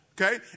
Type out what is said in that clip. Okay